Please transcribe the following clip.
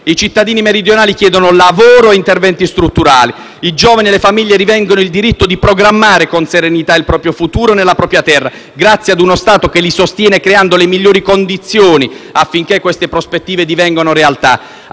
I cittadini meridionali chiedono lavoro e interventi strutturali. I giovani e le famiglie rivendicano il diritto di programmare con serenità il proprio futuro nella propria terra, grazie a uno Stato che li sostiene creando le migliori condizioni affinché queste prospettive divengano realtà.